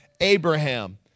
Abraham